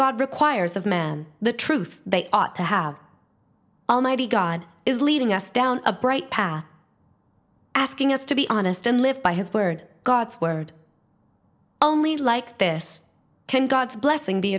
god requires of men the truth they ought to have almighty god is leading us down a bright path asking us to be honest and live by his word god's word only like this god's blessing be